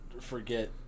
forget